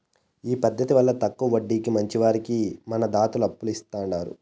ఈ పద్దతిల తక్కవ వడ్డీకి మంచివారికి మన దాతలు అప్పులు ఇస్తాండారు